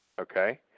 Okay